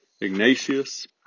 Ignatius